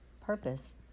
purpose